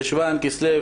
חשוון וכולי,